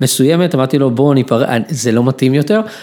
מסוימת אמרתי לו בוא ניפרד זה לא מתאים יותר.